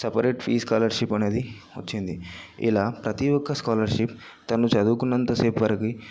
separate fees scholarship అనేది వచ్చింది ఇలా ప్రతీ ఒక్క స్కాలర్షిప్ తను చదువుకున్నంతసేపు వరకు